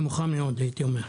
נמוכה מאוד, הייתי אומר.